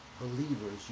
believers